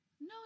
No